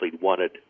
wanted